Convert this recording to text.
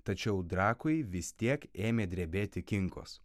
tačiau drakui vis tiek ėmė drebėti kinkos